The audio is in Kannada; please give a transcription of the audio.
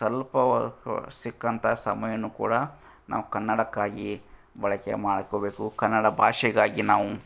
ಸ್ವಲ್ಪ ಸಿಕ್ಕಂಥ ಸಮಯವನ್ನು ಕೂಡ ನಾವು ಕನ್ನಡಕ್ಕಾಗಿ ಬಳಕೆ ಮಾಡ್ಕೊಬೇಕು ಕನ್ನಡ ಭಾಷೆಗಾಗಿ ನಾವು